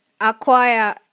Acquire